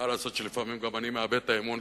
מה לעשות שלפעמים גם אני מאבד את האמון.